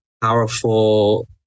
powerful